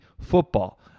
football